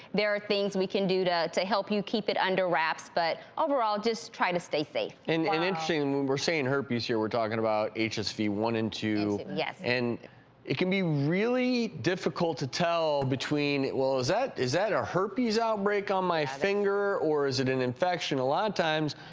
there are things we can do to to help you keep it under wraps but overall just try to stay safe. and and interesting, when we're saying herpes here we're talking about hsv one and two yeah and it can be really difficult to tell between, well is that is that a herpes outbreak on my finger or is it an infection? a lot of times,